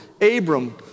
Abram